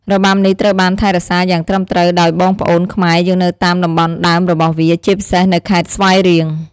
របាំនេះត្រូវបានថែរក្សាយ៉ាងត្រឹមត្រូវដោយបងប្អូនខ្មែរយើងនៅតាមតំបន់ដើមរបស់វា ជាពិសេសនៅខេត្តស្វាយរៀង។